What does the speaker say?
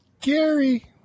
Gary